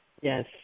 Yes